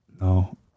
No